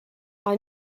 our